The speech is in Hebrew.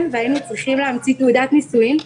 והיינו צריכים להמציא תעודת נישואין,